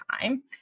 time